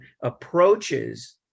approaches